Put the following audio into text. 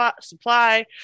supply